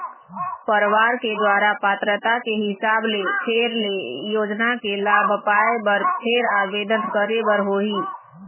परवार के दुवारा पात्रता के हिसाब ले फेर ले योजना के लाभ पाए बर फेर आबेदन करे बर होही